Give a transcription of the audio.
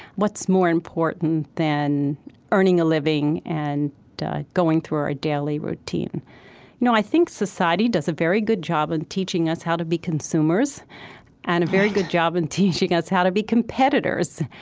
what's more important than earning a living and going through our daily routine you know i think society does a very good job in teaching us how to be consumers and a very good job in teaching us how to be competitors.